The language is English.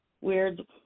weird